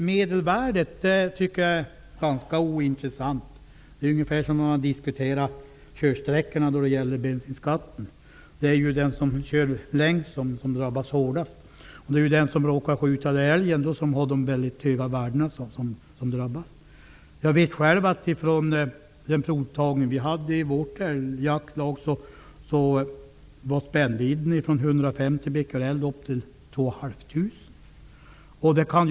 Medelvärdena är ganska ointressanta. Det är ungefär som att diskutera körsträckorna när det gäller bensinskatten. Det är den som kör längst som drabbas hårdast. Det är den som råkar skjuta älgen med de höga värdena som drabbas. Den provtagning som vi gjorde i vårt älgjaktlag visade att spännvidden var ifrån 150 upp till 2 500 Bq.